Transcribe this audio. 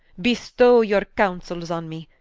bestow your councels on me.